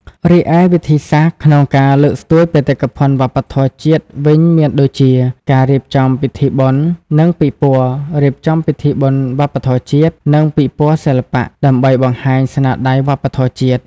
រីឯវិធីសាស្ត្រក្នុងការលើកស្ទួយបេតិកភណ្ឌវប្បធម៌ជាតិវិញមានដូចជា ការរៀបចំពិធីបុណ្យ និងពិព័រណ៍ រៀបចំពិធីបុណ្យវប្បធម៌ជាតិ និងពិព័រណ៍សិល្បៈ ដើម្បីបង្ហាញស្នាដៃវប្បធម៌ជាតិ។